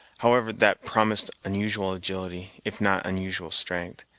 however, that promised unusual agility, if not unusual strength.